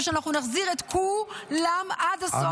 ושאנחנו נחזיר את כולם עד הסוף.